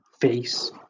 face